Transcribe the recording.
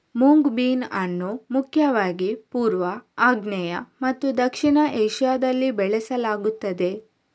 mung bean ಅನ್ನು ಮುಖ್ಯವಾಗಿ ಪೂರ್ವ, ಆಗ್ನೇಯ ಮತ್ತು ದಕ್ಷಿಣ ಏಷ್ಯಾದಲ್ಲಿ ಬೆಳೆಸಲಾಗುತ್ತದೆ